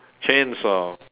chainsaw